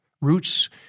Roots